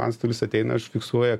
antstolis ateina užfiksuoja